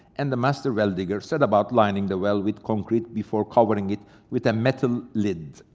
and the master well-digger set about lining the well with concrete before covering it with a metal lid.